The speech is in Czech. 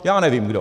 Já nevím kdo.